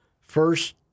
first